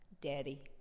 daddy